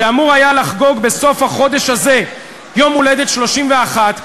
שאמור היה לחגוג בסוף החודש הזה יום הולדת 31,